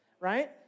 right